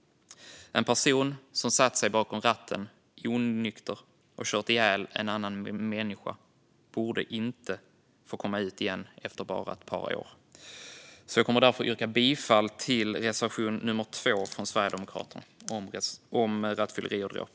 En person som har satt sig bakom ratten onykter och kört ihjäl en annan människa borde inte få komma ut igen efter bara ett par år. Jag kommer därför att yrka bifall till reservation nummer 2 från Sverigedemokraterna om rattfylleri och dråp.